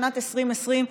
שנת 2020,